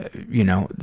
you know,